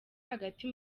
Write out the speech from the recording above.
hagati